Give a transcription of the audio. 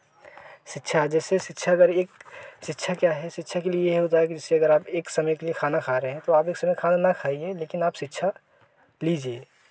शिक्षा जैसे शिक्षा अगर एक शिक्षा क्या है शिक्षा के लिए यह होता है कि जैसे अगर आप एक समय के लिए खाना खा रहें तो आप एक समय खाना न खाइए लेकिन आप शिक्षा लीजिए